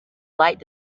light